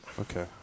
Okay